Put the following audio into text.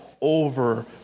over